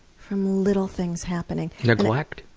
from little things happening. neglect?